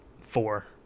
four